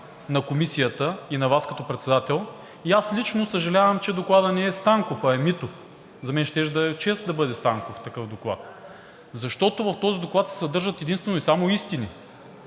на Комисията и на Вас като председател и аз лично съжалявам, че Докладът не е „Станков“, а е „Митов“. За мен щеше да е чест да бъде „Станков“ такъв доклад, защото в този доклад се съдържат единствено и само истини.